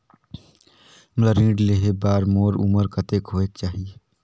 मोला ऋण लेहे बार मोर उमर कतेक होवेक चाही?